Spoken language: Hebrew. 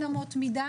אין אמות מידה.